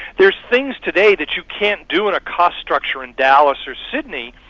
there's things today that you can't do in a cost structure in dallas or sydney,